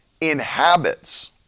inhabits